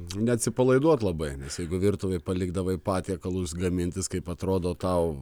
neatsipalaiduot labai nes jeigu virtuvėj palikdavai patiekalus gamintis kaip atrodo tau